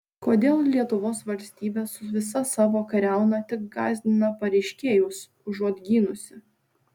kodėl lietuvos valstybė su visa savo kariauna tik gąsdina pareiškėjus užuot gynusi